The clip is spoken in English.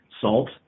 salt